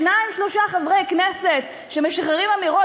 שניים-שלושה חברי כנסת שמשחררים אמירות